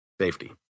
Safety